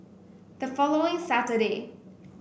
the following Saturday